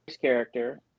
character